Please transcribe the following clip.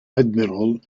admiral